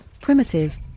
primitive